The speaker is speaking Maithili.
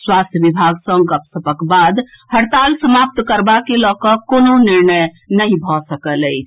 स्वास्थ्य विभाग सँ गपसपक बाद हड़ताल समाप्त करबा के लऽ कऽ कोनो निर्णय नहि भऽ सकल अछि